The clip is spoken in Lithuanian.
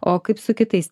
o kaip su kitais